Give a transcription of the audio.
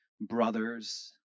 brothers